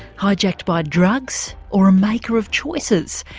hijacked by drugs, or a maker of choices?